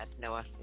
Noah